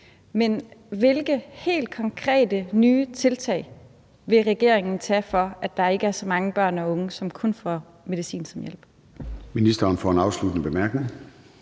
Men hvilke helt konkrete nye tiltag vil regeringen tage for, at der ikke er så mange børn og unge, som kun får medicin som hjælp?